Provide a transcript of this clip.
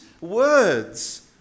words